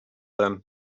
then